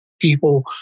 People